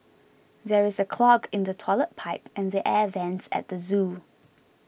there is a clog in the Toilet Pipe and the Air Vents at the zoo